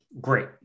Great